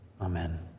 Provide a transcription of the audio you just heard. amen